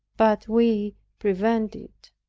but we prevented it.